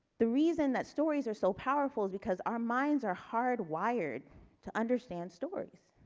the reason that stories are so powerful because our minds are hardwired to understand stories